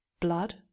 blood